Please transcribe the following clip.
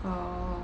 oh